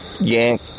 yank